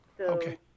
Okay